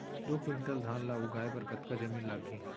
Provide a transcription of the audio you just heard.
दो क्विंटल धान ला उगाए बर कतका जमीन लागही?